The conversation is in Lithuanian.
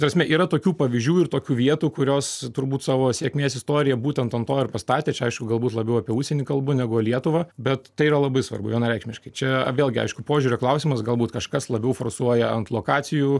ta prasme yra tokių pavyzdžių ir tokių vietų kurios turbūt savo sėkmės istorija būtent ant to ir pastatė čia aišku galbūt labiau apie užsienį kalbu negu lietuvą bet tai yra labai svarbu vienareikšmiškai čia vėlgi aišku požiūrio klausimas galbūt kažkas labiau forsuoja ant lokacijų